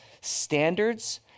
standards